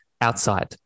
outside